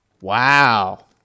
Wow